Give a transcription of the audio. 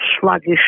sluggish